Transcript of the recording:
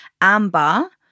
Amber